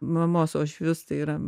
mamos uošvius tai yra